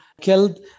killed